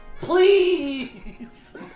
PLEASE